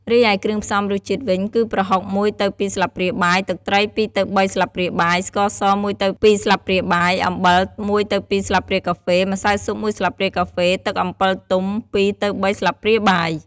រីឯគ្រឿងផ្សំរសជាតិវិញ គឺប្រហុក ១ទៅ២ ស្លាបព្រាបាយ ទឹកត្រី ២ទៅ៣ ស្លាបព្រាបាយ ស្ករស ១ទៅ២ ស្លាបព្រាបាយ អំបិល ១ទៅ២ ស្លាបព្រាកាហ្វេ ម្សៅស៊ុប ១ ស្លាបព្រាកាហ្វេ ទឹកអំពិលទុំ ២ទៅ៣ ស្លាបព្រាបាយ។